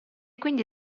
quindi